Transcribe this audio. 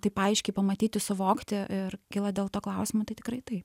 taip aiškiai pamatyti suvokti ir kyla dėl to klausimų tai tikrai taip